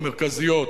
המרכזיות,